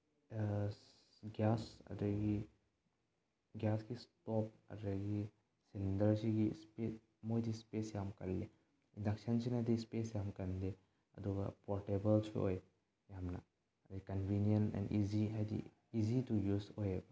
gas ꯑꯗꯒꯤ ꯒ꯭ꯌꯥꯁꯀꯤ stove ꯑꯗꯒꯤ ꯁꯤꯂꯤꯟꯗꯔꯁꯤꯒꯤ ꯏꯁꯄꯦꯁ ꯃꯣꯏꯗꯤ ꯏꯁꯄꯦꯁ ꯌꯥꯝ ꯀꯜꯂꯦ ꯏꯟꯗꯛꯁꯟꯁꯤꯅꯗꯤ ꯏꯁꯄꯦꯁ ꯌꯥꯝ ꯀꯟꯗꯦ ꯑꯗꯨꯒ ꯄꯣꯔꯇꯦꯕꯜꯁꯨ ꯑꯣꯏ ꯌꯥꯝꯅ ꯑꯩꯈꯣꯏ ꯀꯟꯕꯤꯅꯤꯌꯟ ꯑꯦꯟ ꯏꯖꯤ ꯍꯥꯏꯗꯤ ꯏꯖꯤ ꯇꯨ ꯌꯨꯁ ꯑꯣꯏꯕ